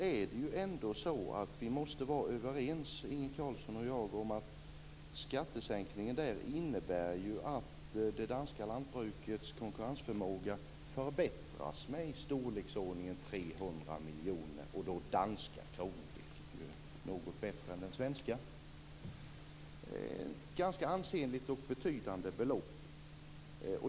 Inge Carlsson och jag måste vara överens om att skattesänkningen innebär att det danska lantbrukets konkurrensförmåga förbättras med i storleksordningen 300 miljoner danska kronor - något bättre än den svenska. Det är ett ganska ansenligt belopp.